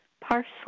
parsley